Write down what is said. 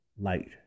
light